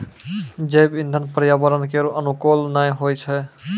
जैव इंधन पर्यावरण केरो अनुकूल नै होय छै